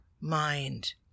mind